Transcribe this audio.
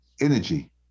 energy